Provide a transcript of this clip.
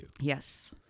Yes